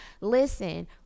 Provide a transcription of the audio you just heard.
Listen